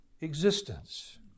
existence